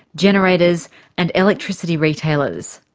generators and electricity retailers.